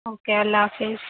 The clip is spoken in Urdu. اوکے اللہ حافظ